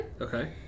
Okay